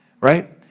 Right